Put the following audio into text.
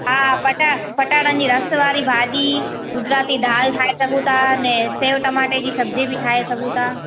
हा पटा पटाटनि जी रसु वारी भाॼी गुजराती दाल ठाहे सघूं था अने सेव टमाटे जी सब्जी बि ठाहे सघूं था